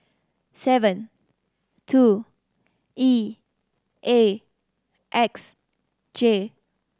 seven two E A X J